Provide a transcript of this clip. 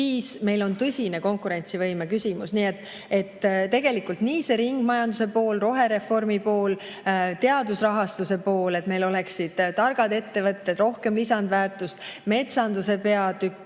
siis on meil tõsine konkurentsivõime küsimus. Tegelikult nii see ringmajanduse pool, rohereformi pool, teaduse rahastuse pool, et meil oleksid targad ettevõtted, rohkem lisandväärtust, metsanduse peatükk